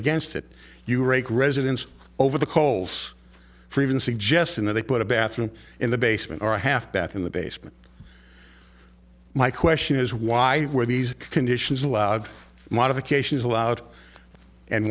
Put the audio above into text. against it you rake residence over the coals for even suggesting that they put a bathroom in the basement or a half bath in the basement my question is why were these conditions allowed modifications allowed and